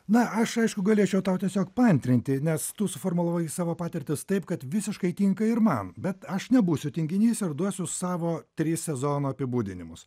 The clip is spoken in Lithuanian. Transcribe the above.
na aš aišku galėčiau tau tiesiog paantrinti nes tu suformulavai savo patirtis taip kad visiškai tinka ir man bet aš nebūsiu tinginys ir duosiu savo tris sezono apibūdinimus